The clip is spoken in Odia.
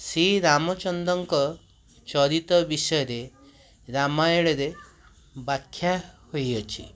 ଶ୍ରୀରାମଚନ୍ଦ୍ରଙ୍କ ଚରିତ ବିଷୟରେ ରାମାୟଣରେ ବାଖ୍ୟା ହୋଇଅଛି